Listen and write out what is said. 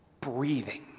breathing